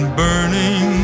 burning